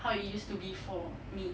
how it used to be for me